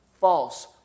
false